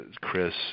Chris